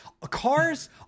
Cars